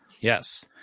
Yes